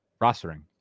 rostering